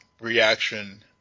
reaction